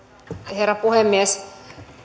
herra puhemies